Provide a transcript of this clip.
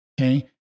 Okay